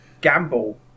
gamble